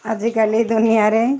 ଆଜିକାଲି ଦୁନିଆରେ